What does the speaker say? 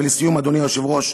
ולסיום, אדוני היושב-ראש,